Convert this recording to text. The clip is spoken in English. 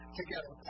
together